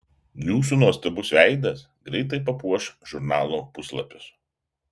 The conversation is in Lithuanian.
jūsų nuostabus veidas greitai papuoš žurnalo puslapius